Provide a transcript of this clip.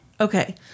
Okay